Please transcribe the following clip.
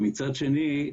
מצד שני,